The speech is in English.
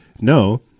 No